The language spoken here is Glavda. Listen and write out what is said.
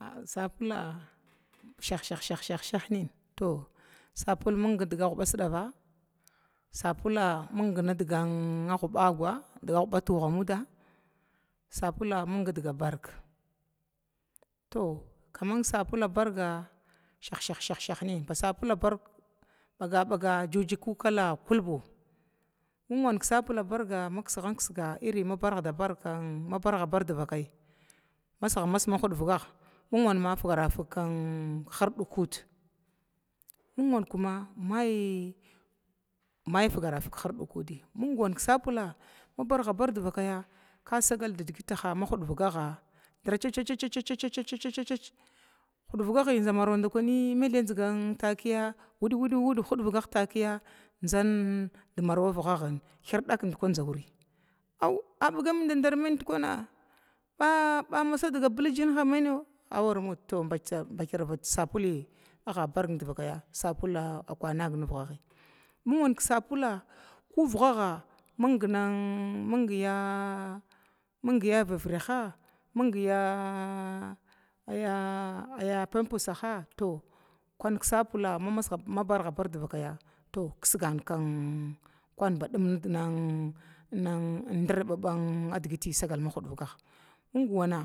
Aa sabula shah shah shah nina to sabula mindiga gwuba sidava sabula mindigan gwubagwa diga gwuba tuga muda sabula min diga barga, to kaman sabula barga shah shah shah nina ba sabula bar bagabaga juji dama barga makisgant kisga ming wana mabargida barga ina barga barg divakaya masga masg ma hudvigaga kun ma figara fig hirdig kuda, min wan kuma mai mai figara fig hirdig kudi mindwau ki sabula ma barga barg divakaya ka sagal didigitaha ma hudvigaga dira cicici hudviga gi zan maraw dakumi mathy zigan takiya wid wid wid takiya zan di marawa vigagin hirdak dika zawur bi auw a baga dadar main dukwuna ba ba masa diga biligiyinha awura muda baki bakir bad sabuli a bar nih divakaya sabula kwanag avigah bi mingwan ki sabula ku vigaga min ning ming ya ming ya vaviraha ming ya aya aya pihpusaha, to kun ki sabula ma barga bar divakaya, to kisga kun badim nan dirbiban digiti sagal ma hudviga nga.